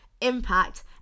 impact